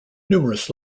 numerous